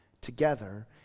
together